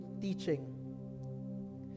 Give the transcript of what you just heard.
teaching